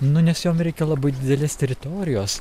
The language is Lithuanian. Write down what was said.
nu nes jom reikia labai didelės teritorijos